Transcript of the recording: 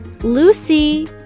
Lucy